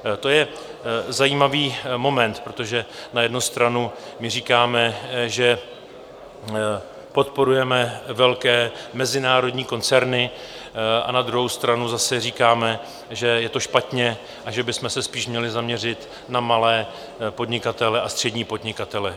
To je zajímavý moment, protože na jednu stranu my říkáme, že podporujeme velké mezinárodní koncerny, a na druhou stranu zase říkáme, že je to špatně a že bychom se spíš měli zaměřit na malé podnikatele a střední podnikatele.